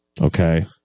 okay